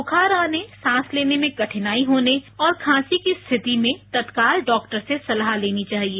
बुखार आने सांस लेने में कठिनाई होने और खांसी की स्थिति में तत्काल डॉक्टर से सलाह लेनी चाहिए